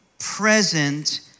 present